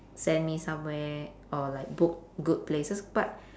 send me somewhere or like book good places but